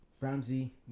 ramsey